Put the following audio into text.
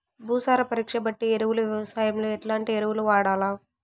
భూసార పరీక్ష బట్టి ఎరువులు వ్యవసాయంలో ఎట్లాంటి ఎరువులు వాడల్ల?